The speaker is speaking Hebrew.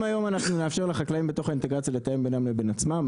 אם היום אנחנו נאפשר לחקלאים בתוך האינטגרציה לתאם בינם לבין עצמם,